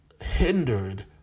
hindered